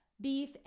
beef